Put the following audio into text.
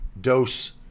dose